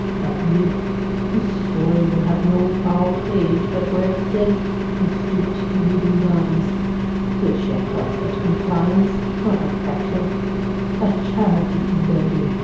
that youth whose story will have no foul page, but where it says he stoopt to regan's arms which yet was but compliance, not affection a charity to begging,